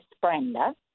Brenda